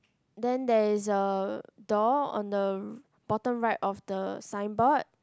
then there is a door on the bottom right of the signboard